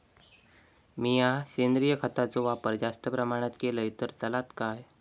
मीया सेंद्रिय खताचो वापर जास्त प्रमाणात केलय तर चलात काय?